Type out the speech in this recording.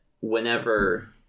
whenever